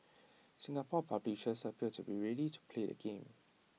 Singapore publishers appear to be ready to play the game